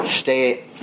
Stay